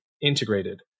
integrated